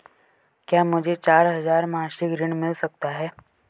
क्या मुझे चार हजार मासिक ऋण मिल सकता है?